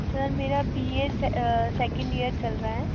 sir मेरा B A second year चल रहा है